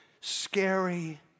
Scary